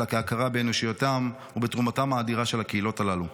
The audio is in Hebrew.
אלא כהכרה באנושיותן ובתרומתן האדירה של הקהילות הללו.